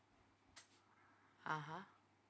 (uh huh)